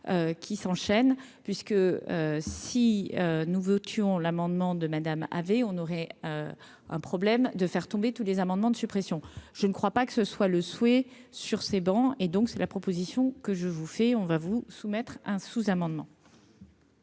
qui s'enchaînent, puisque si nous votions l'amendement de Madame avait on aurait un problème de faire tomber tous les amendements de suppression, je ne crois pas que ce soit le souhait sur ces bancs, et donc c'est la proposition que je vous fais, on va vous soumettre un sous-amendement.